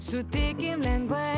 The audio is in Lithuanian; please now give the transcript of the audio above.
sutikim lengvai